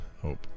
Hope